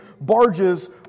barges